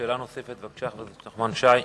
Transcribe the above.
שאלה נוספת, בבקשה, חבר הכנסת נחמן שי.